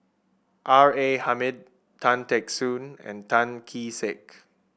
R A Hamid Tan Teck Soon and Tan Kee Sek